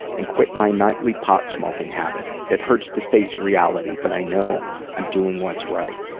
and quit my nightly pot-smoking habit. it hurts to face reality, but i know i'm doing what's right.